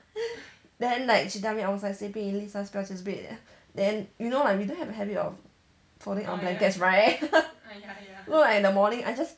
then like she tell me I was sleeping in lisa 表姐 bed then you know like we don't have the habit of folding our blankets right so like in the morning I just